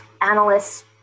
analysts